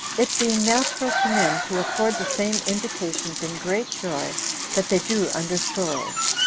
it being natural to men to afford the same indications in great joy that they do under sorrows.